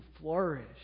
flourish